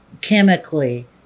chemically